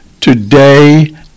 today